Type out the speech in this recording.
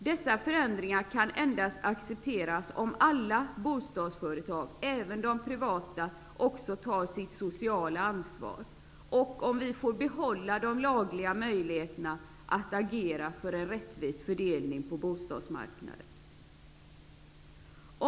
Dessa förändringar kan endast accepteras om alla bostadsföretag, även de privata, tar sitt sociala ansvar och om vi får behålla de lagliga möjligheterna att agera för en rättvis fördelning på bostadsmarknaden.